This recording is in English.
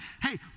hey